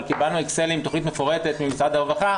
אבל קיבלנו אקסל עם תכנית מפורטת ממשרד הרווחה,